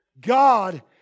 God